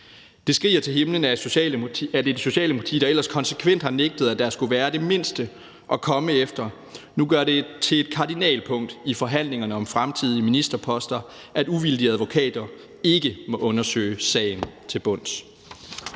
Det skriger til himlen, at et Socialdemokrati, der ellers konsekvent har nægtet, at der skulle være det mindste at komme efter, nu gør det til et kardinalpunkt i forhandlingerne om fremtidige ministerposter, at uvildige advokater ikke må undersøge sagen til bunds.